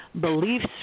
beliefs